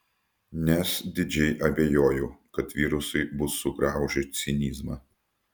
nes didžiai abejoju kad virusai bus sugraužę cinizmą